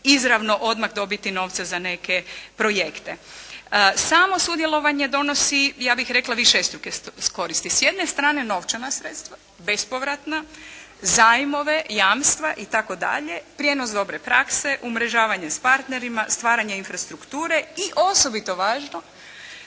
izravno odmah dobiti novce za neke projekte. Samo sudjelovanje donosi, ja bih rekla višestruke koristi. S jedne strane novčana sredstva, bespovratna, zajmove, jamstva i tako dalje, prijenos dobre prakse, umrežavanje s partnerima, stvaranje infrastrukture i osobito važno,